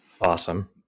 awesome